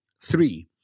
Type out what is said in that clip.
Three